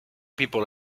people